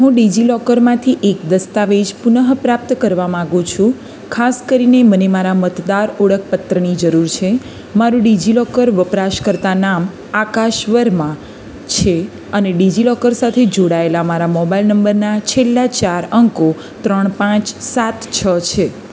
હું ડિજિલોકરમાંથી એક દસ્તાવેજ પુનઃપ્રાપ્ત કરવા માગું છું ખાસ કરીને મને મારા મતદાર ઓળખપત્રની જરૂર છે મારું ડિજિલોકર વપરાશકર્તા નામ આકાશ વર્મા છે અને ડિજિલોકર સાથે જોડાયેલા મારા મોબાઇલ નંબરના છેલ્લા ચાર અંકો ત્રણ પાંચ સાત છ છે